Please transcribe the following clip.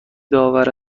داور